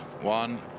one